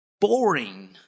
boring